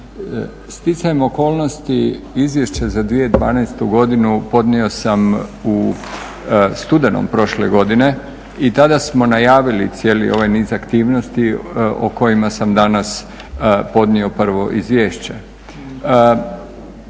Stjecajem okolnosti Izvješće za 2012. godinu podnio sam u studenom prošle godine i tada smo najavili cijeli ovaj niz aktivnosti o kojima sam danas podnio prvo izvješće.